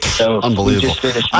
Unbelievable